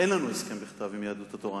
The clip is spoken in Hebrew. אין לנו הסכם בכתב עם יהדות התורה.